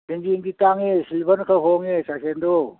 ꯁꯦꯡꯖꯦꯡꯗꯤ ꯇꯥꯡꯉꯦ ꯁꯤꯜꯚꯔꯅ ꯈꯔ ꯍꯣꯡꯉꯦ ꯆꯥꯏꯁꯦꯟꯗꯣ